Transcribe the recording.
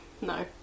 no